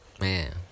man